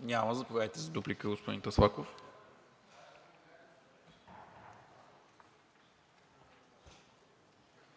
Няма. Заповядайте за дуплика, господин Таслаков.